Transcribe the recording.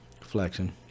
Flexing